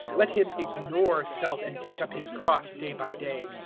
let him ignore self and take up his cross day by day,